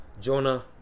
Jonah